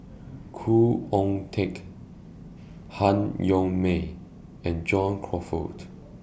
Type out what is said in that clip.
Khoo Oon Teik Han Yong May and John Crawfurd